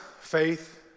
Faith